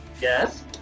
Yes